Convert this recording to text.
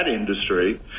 industry